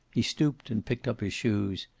he stooped and picked up his shoes,